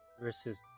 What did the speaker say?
Versus